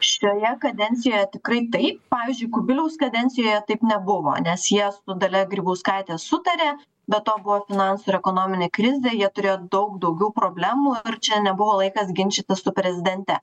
šioje kadencijoje tikrai taip pavyzdžiui kubiliaus kadencijoje taip nebuvo nes jie su dalia grybauskaite sutarė be to buvo finansų ir ekonominė krizė jie turėjo daug daugiau problemų ir čia nebuvo laikas ginčytis su prezidente